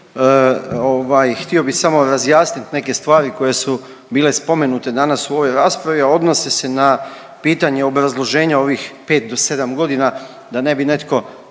htio bih samo razjasnit neke stvari koje su bile spomenute danas u ovoj raspravi, a odnose se na pitanje obrazloženja ovih pet do sedam godina da ne bi netko